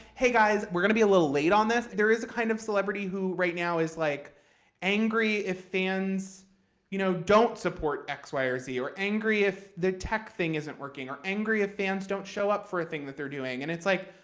hey guys, we're going to be a little late on this. there is a kind of celebrity who right now is like angry if fans you know don't support x, y, or z, or angry if the tech thing isn't working, or angry if fans don't show up for a thing that they're doing. and it's like,